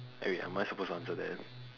eh wait am I supposed to answer that